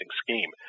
scheme